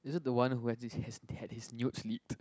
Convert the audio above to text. is it the one who had his had his nudes leaked